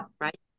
right